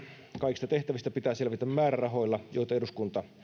kaikista tehtävistä pitää selvitä määrärahoilla joita eduskunta